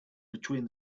between